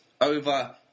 over